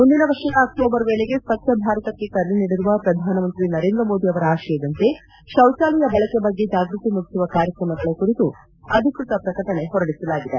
ಮುಂದಿನ ವರ್ಷದ ಅಕ್ಟೋಬರ್ ವೇಳೆಗೆ ಸ್ವಜ್ಞಭಾರತಕ್ಕೆ ಕರೆ ನೀಡಿರುವ ಪ್ರಧಾನಮಂತ್ರಿ ನರೇಂದ್ರಮೋದಿ ಅವರ ಆಶಯದಂತೆ ಕೌಚಾಲಯ ಬಳಕೆ ಬಗ್ಗೆ ಜಾಗೃತಿ ಮೂಡಿಸುವ ಕಾರ್ತಕ್ರಮಗಳ ಕುರಿತು ಅಧಿಕೃತ ಪ್ರಕಟಣೆ ಹೊರಡಿಸಲಾಗಿದೆ